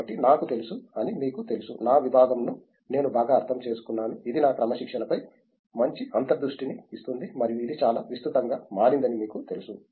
కాబట్టి నాకు తెలుసు అని మీకు తెలుసు నా విభాగం ను నేను బాగా అర్థం చేసుకున్నాను ఇది నా క్రమశిక్షణపై మంచి అంతర్దృష్టిని ఇస్తుంది మరియు ఇది చాలా విస్తృతంగా మారిందని మీకు తెలుసు